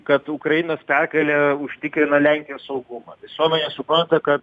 kad ukrainos pergalė užtikrina lenkijos saugumą visuomenė supranta kad